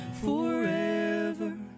Forever